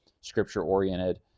Scripture-oriented